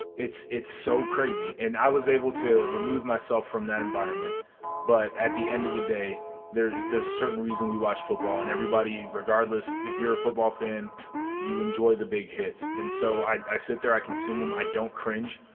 it's it's so crazy and i was able to remove myself from that environment but at the end of the day there there's a certain reason we watch football and everybody regardless if you're a football fan you enjoy the big hits. and so i i sit there i consume um i don't cringe.